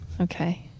Okay